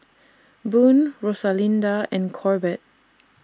Boone Rosalinda and Corbett